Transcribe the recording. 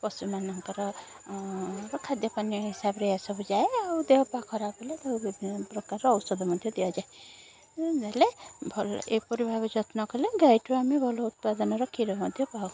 ପଶୁମାନଙ୍କର ଖାଦ୍ୟ ପାନୀୟ ହିସାବରେ ଏ ସବୁ ଯାଏ ଆଉ ଦେହ ପାହ ଖରାପ ହେଲେ ତାକୁ ବିଭିନ୍ନ ପ୍ରକାର ଔଷଧ ମଧ୍ୟ ଦିଆଯାଏ ନେଲେ ଭଲ ଏପରି ଭାବେ ଯତ୍ନ କଲେ ଗାଈଠୁ ଆମେ ଭଲ ଉତ୍ପାଦନର କ୍ଷୀର ମଧ୍ୟ ପାଉ